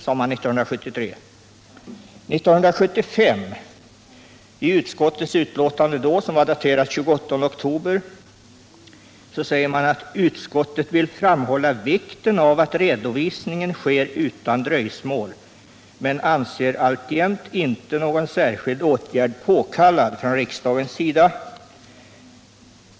I sitt betänkande 1975/76:3, daterat den 28 oktober 1975, vill utskottet ”framhålla vikten av att redovisningen sker utan dröjsmål men anser alltjämt inte någon särskild åtgärd påkallad från riksdagens sida i frågan”.